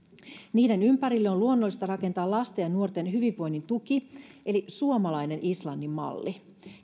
niiden ympärille on luonnollista rakentaa lasten ja nuorten hyvinvoinnin tuki eli suomalainen islannin malli